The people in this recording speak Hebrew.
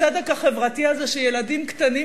הצדק החברתי הזה שילדים קטנים